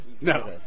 no